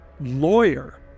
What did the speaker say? lawyer